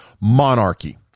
monarchy